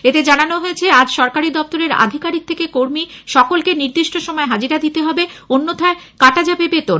এতে জানানো হয়েছে আজ সরকারি দফতরের আধিকারিক থেকে কর্মী সকলকে নির্দিষ্ট সময়ে হাজিরা দিতে হবে অন্যথায় কাটা যাবে বেতন